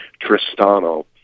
Tristano